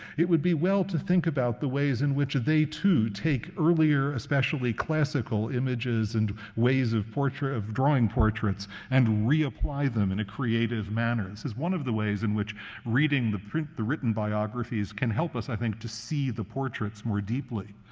it would be well to think about the ways in which they too take earlier, especially classical, images and ways of drawing portraits and reapply them in a creative manner. this is one of the ways in which reading the the written biographies can help us, i think, to see the portraits more deeply.